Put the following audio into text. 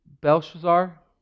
Belshazzar